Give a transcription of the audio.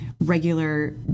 regular